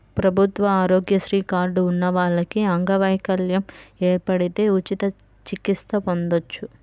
ప్రభుత్వ ఆరోగ్యశ్రీ కార్డు ఉన్న వాళ్లకి అంగవైకల్యం ఏర్పడితే ఉచిత చికిత్స పొందొచ్చు